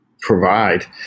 provide